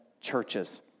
churches